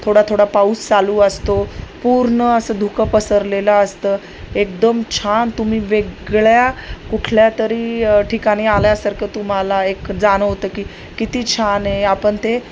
थोडा थोडा पाऊस चालू असतो पूर्ण असं धुकं पसरलेलं असतं एकदम छान तुम्ही वेगळ्या कुठल्या तरी ठिकाणी आल्यासारखं तुम्हाला एक जाणंवतं की किती छान आहे आपण ते